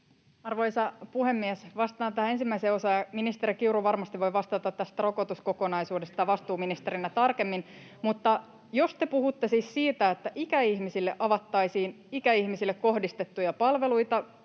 Arvoisa puhemies! Vastaan tähän ensimmäiseen osaan, ja ministeri Kiuru varmasti voi vastata tästä rokotuskokonaisuudesta vastuuministerinä tarkemmin. Jos te puhutte siis siitä, että ikäihmisille avattaisiin ikäihmisille kohdistettuja palveluita,